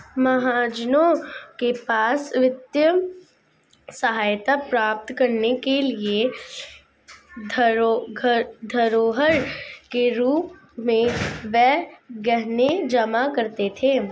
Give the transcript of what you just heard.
महाजनों के पास वित्तीय सहायता प्राप्त करने के लिए धरोहर के रूप में वे गहने जमा करते थे